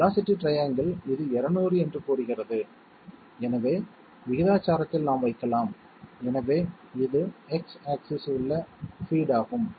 velocity ட்ரையாங்கில் இது 200 என்று கூறுகிறது எனவே விகிதாச்சாரத்தில் நாம் வைக்கலாம் எனவே இது X ஆக்ஸிஸ் உள்ள பீட் ஆகும்